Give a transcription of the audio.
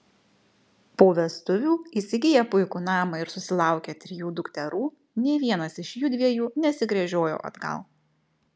po vestuvių įsigiję puikų namą ir susilaukę trijų dukterų nė vienas iš jųdviejų nesigręžiojo atgal